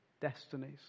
destinies